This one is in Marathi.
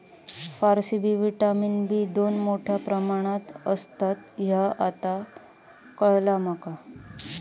फारसबी व्हिटॅमिन बी दोन मोठ्या प्रमाणात असता ह्या आता काळाला माका